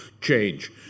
change